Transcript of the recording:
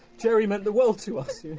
jerry meant the world to us! yeah